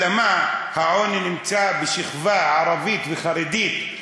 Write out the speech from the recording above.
אלא מה, העוני נמצא בשכבה ערבית וחרדית.